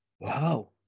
wow